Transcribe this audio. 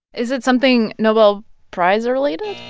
is it something nobel prize-related?